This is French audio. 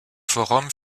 forum